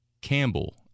Campbell